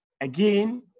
again